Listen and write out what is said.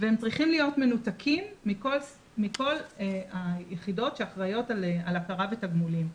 והם צריכים להיות מנותקים מכל היחידות שאחראיות על הכרה בתגמולים,